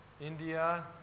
India